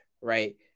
right